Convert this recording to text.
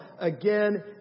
again